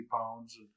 pounds